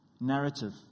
narrative